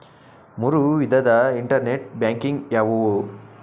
ಮೂರು ವಿಧದ internet banking ಯಾವುವು?